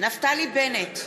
נפתלי בנט,